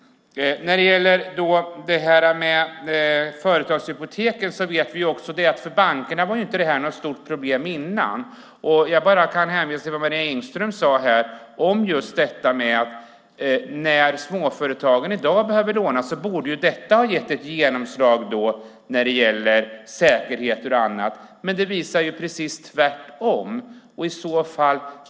När det gäller företagshypoteken vet vi att det här inte var något stort problem för bankerna tidigare. Jag kan bara hänvisa till vad Marie Engström sade, att när småföretagen i dag behöver låna borde ju detta ha gett ett genomslag när det gäller säkerheter och annat. Men det visar sig att det är precis tvärtom.